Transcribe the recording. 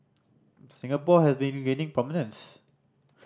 Singapore has been gaining prominence